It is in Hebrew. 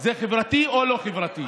זה חברתי או לא חברתי?